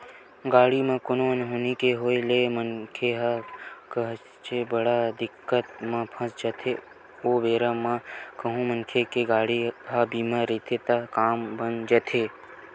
गाड़ी म कोनो अनहोनी के होय ले मनखे ह काहेच बड़ दिक्कत म फस जाथे ओ बेरा म कहूँ मनखे के गाड़ी ह बीमा रहिथे त काम बन जाथे